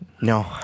No